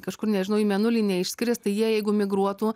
kažkur nežinau į mėnulį neišskris tai jie jeigu migruotų